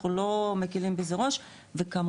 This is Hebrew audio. אנחנו לא מקלים בזה ראש וכמובן,